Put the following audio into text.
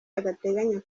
adateganya